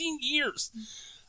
years